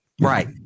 right